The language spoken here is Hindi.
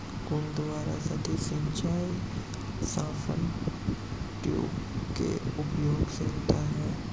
कुंड द्वारा सतही सिंचाई साइफन ट्यूबों के उपयोग से होता है